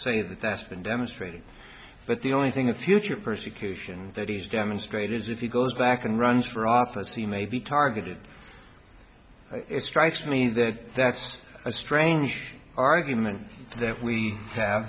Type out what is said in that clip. say that that's been demonstrated but the only thing with future persecution that he's demonstrated as if he goes back and runs for office he may be targeted it strikes me that that's a strange argument that we have